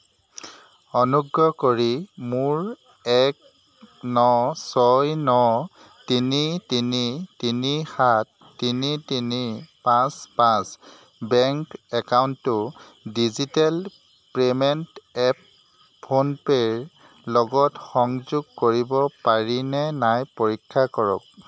অনুগ্ৰহ কৰি মোৰ এক ন ছয় ন তিনি তিনি তিনি সাত তিনি তিনি পাঁচ পাঁচ বেংক একাউণ্টটো ডিজিটেল পে'মেণ্ট এপ ফোনপে'ৰ লগত সংযোগ কৰিব পাৰিনে নাই পৰীক্ষা কৰক